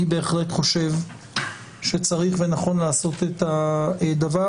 אני בהחלט חושב שצריך ונכון לעשות את הדבר,